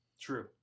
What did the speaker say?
True